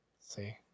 See